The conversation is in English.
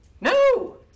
No